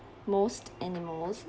most animals